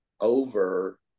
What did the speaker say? over